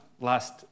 last